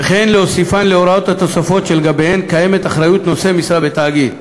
וכן להוסיפן להוראות התוספת שלגביהן קיימת אחריות נושא משרה בתאגיד.